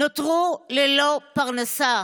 נותרו ללא פרנסה.